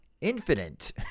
infinite